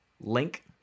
link